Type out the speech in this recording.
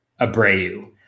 Abreu